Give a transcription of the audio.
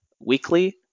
Weekly